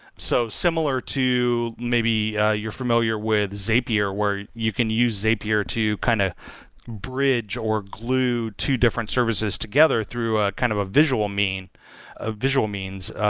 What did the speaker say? so similar to maybe you're familiar with zapier, where you can use zapier to kind of bridge or glue two different services together through a kind of visual a visual means,